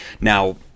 Now